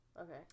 Okay